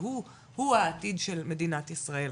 והוא העתיד של מדינת ישראל.